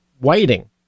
waiting